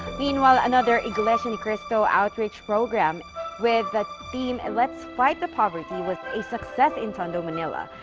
meanwhile another iglesia ni cristo outreach program with the theme and let's fight the poverty, was a success in tondo, manila.